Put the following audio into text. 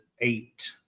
eight